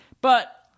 But-